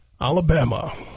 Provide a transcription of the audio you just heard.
Alabama